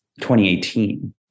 2018